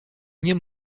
nie